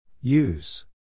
Use